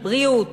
בריאות,